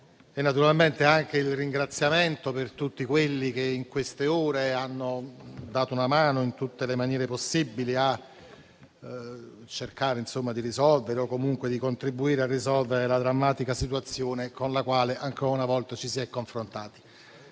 e naturalmente anche al ringraziamento per tutti quelli che in queste ore hanno dato una mano in tutte le maniere possibili per cercare di risolvere o comunque di contribuire a risolvere la drammatica situazione con la quale ancora una volta ci si è confrontati.